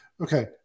Okay